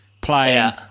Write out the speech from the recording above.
playing